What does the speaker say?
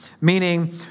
Meaning